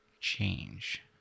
change